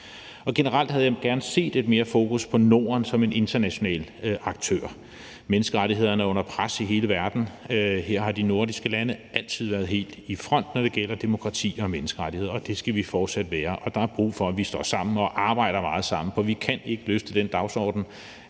Generelt havde jeg gerne set lidt mere fokus på Norden som en international aktør. Menneskerettighederne er under pres i hele verden. Her har de nordiske lande altid været helt i front, når det gælder demokrati og menneskerettigheder. Det skal vi fortsat være, og der er brug for, at vi står sammen og arbejder meget sammen, for vi kan ikke løfte den dagsorden